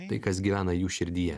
tai kas gyvena jų širdyje